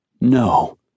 No